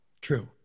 True